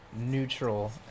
neutral